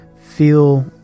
feel